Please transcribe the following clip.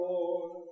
Lord